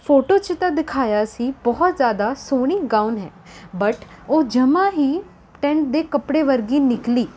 photo 'ਚ ਤਾਂ ਦਿਖਾਇਆ ਸੀ ਬਹੁਤ ਜ਼ਿਆਦਾ ਸੋਹਣੀ ਗਾਊਨ ਹੈ ਬਟ ਉਹ ਜਮ੍ਹਾ ਹੀ ਟੈਂਟ ਦੇ ਕੱਪੜੇ ਵਰਗੀ ਨਿਕਲੀ